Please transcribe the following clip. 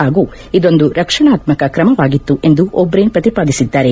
ಹಾಗೂ ಇದೊಂದು ರಕ್ಷಣಾತ್ಕಕ ಕ್ರಮವಾಗಿತ್ತು ಎಂದು ಓಟ್ರೇನ್ ಪ್ರತಿಪಾದಿಸಿದ್ದಾರೆ